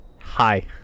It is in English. Hi